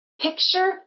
picture